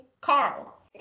Carl